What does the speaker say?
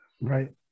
Right